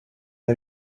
are